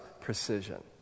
precision